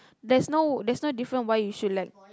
there's no there's no different why you should lack